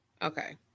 Okay